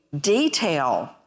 detail